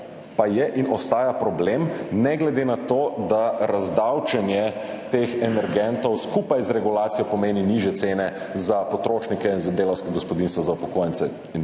pa je in ostaja problem, ne glede na to, da pomeni razdavčenje teh energentov, skupaj z regulacijo, nižje cene za potrošnike in za delavska gospodinjstva, za upokojence in